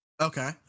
Okay